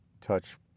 touch